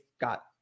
got